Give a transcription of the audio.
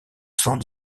sans